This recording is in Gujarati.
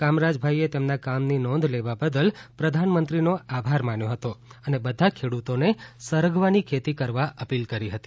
કામરાજ ભાઈએ તેમના કામની નોંધ લેવા બદ્દલ પ્રધાનમંત્રીનો આભાર માન્યો હતો અને બધા ખેડૂતોને સરગવાની ખેતી કરવા અપીલ કરી હતી